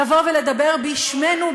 לבוא ולדבר בשמנו,